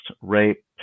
rape